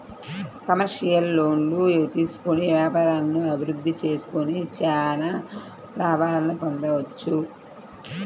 commercial లోన్లు తీసుకొని వ్యాపారాలను అభిరుద్ధి చేసుకొని చానా లాభాలను పొందొచ్చు